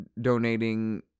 donating